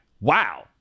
Wow